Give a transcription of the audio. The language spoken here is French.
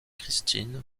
christine